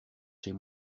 chez